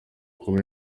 kuba